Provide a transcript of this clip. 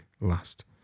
last